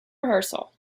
rehearsal